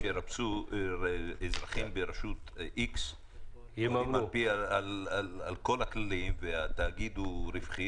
--- אזרחים ברשות איקס לפי כל הכללים והתאגיד הוא רווחי